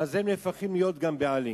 הם נהפכים להיות גם בעלים.